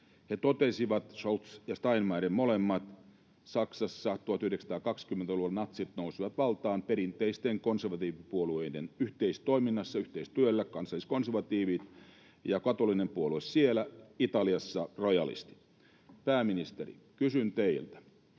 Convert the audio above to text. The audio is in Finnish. He totesivat, Scholz ja Steinmeier molemmat, että Saksassa 1920-luvulla natsit nousivat valtaan perinteisten konservatiivipuolueiden yhteistoiminnassa, yhteistyöllä kansalliskonservatiivit ja katolinen puolue siellä, Italiassa rojalistit. Pääministeri, kysyn teiltä